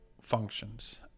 functions